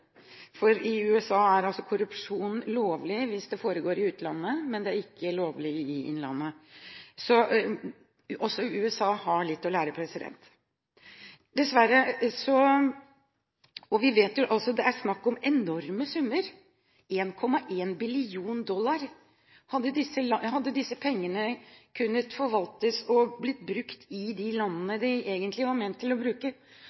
for i USA er korrupsjon lovlig hvis det foregår i utlandet, men det er ikke lovlig i landet – også USA har litt å lære. Vi vet at det er snakk om enorme summer – 1,1 billion dollar. Hadde disse pengene kunnet forvaltes og blitt brukt i de landene de egentlig var ment å